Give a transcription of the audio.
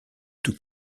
tout